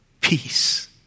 peace